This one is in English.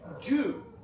Jew